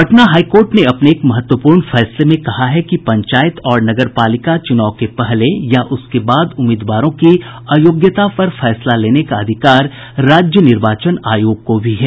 Patna high court ने अपने एक महत्वपूर्ण फैसले में कहा है कि पंचायत और नगर पालिका चुनाव के पहले या उसके बाद उम्मीदवारों की अयोग्यता पर फैसला लेने का आधिकार राज्य निर्वाचन आयोग को भी है